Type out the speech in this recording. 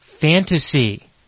fantasy